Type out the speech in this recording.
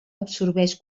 absorbeix